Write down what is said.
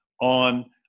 on